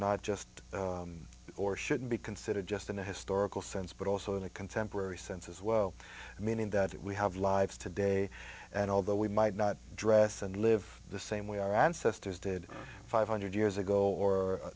not just or shouldn't be considered just in a historical sense but also in a contemporary sense as well meaning that we have lives today and although we might not dress and live the same way our ancestors did five hundred years ago or